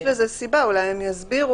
יש לזה סיבה, אולי הם יסבירו.